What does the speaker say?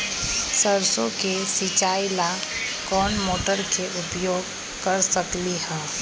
सरसों के सिचाई ला कोंन मोटर के उपयोग कर सकली ह?